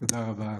תודה רבה.